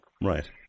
Right